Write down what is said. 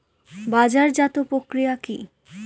বাজারজাতও প্রক্রিয়া কি?